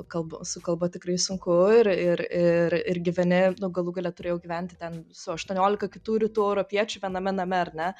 kalbu su kalba tikrai sunku ir ir ir ir gyveni o galų gale turėjau gyventi ten su aštuoniolika kitų rytų europiečių viename name ar ne